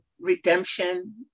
redemption